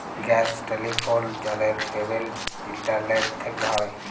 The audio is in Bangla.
গ্যাস, টেলিফোল, জলের পেমেলট ইলটারলেট থ্যকে হয়